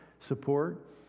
Support